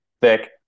thick